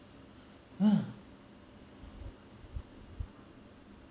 !huh!